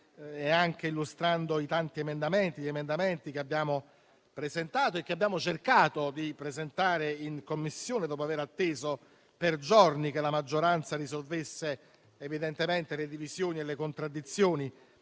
e anche illustrando i tanti emendamenti che abbiamo presentato e che abbiamo cercato di presentare in Commissione, dopo aver atteso per giorni che la maggioranza risolvesse le divisioni e le contraddizioni